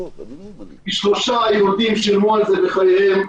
כי שלושה יהודים שילמו על זה בחייהם.